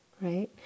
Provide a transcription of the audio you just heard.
right